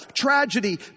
tragedy